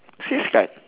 six card